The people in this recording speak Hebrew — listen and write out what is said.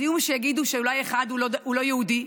אז יהיו שיגידו שאולי אחד הוא לא יהודי,